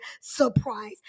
surprise